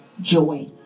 joy